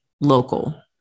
local